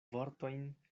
vortojn